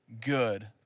Good